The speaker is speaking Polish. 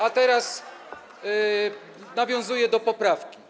A teraz nawiązuję do poprawki.